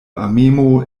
amemo